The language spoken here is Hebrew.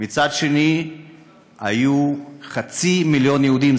ומצד שני היו חצי מיליון יהודים,